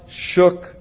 shook